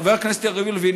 חבר הכנסת יריב לוין,